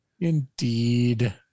Indeed